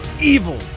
evil